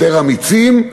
יותר אמיצים,